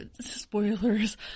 spoilers